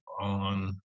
on